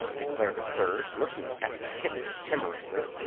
declared a third, looking at the kitten timorously,